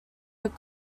are